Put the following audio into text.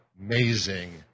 amazing